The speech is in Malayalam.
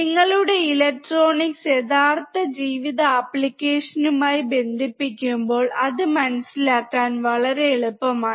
നിങ്ങളുടെ ഇലക്ട്രോണിക്സ് യഥാർത്ഥ ജീവിത ആപ്ലിക്കേഷനുകളുമായി ബന്ധിപ്പിക്കുമ്പോൾ അത് മനസിലാക്കാൻ വളരെ എളുപ്പമാണ്